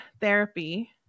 therapy